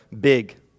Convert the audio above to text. big